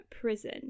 prison